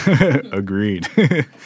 Agreed